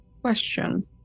Question